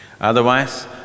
Otherwise